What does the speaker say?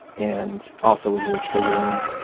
and also was really triggering.